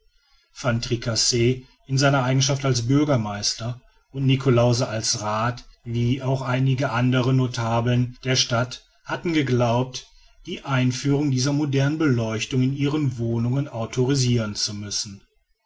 van tricasse in seiner eigenschaft als bürgermeister und niklausse als rath wie auch einige andere notabeln der stadt hatten geglaubt die einführung dieser modernen beleuchtung in ihren wohnungen autorisiren zu müssen